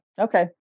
Okay